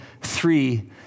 three